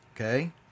okay